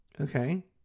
okay